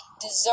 deserve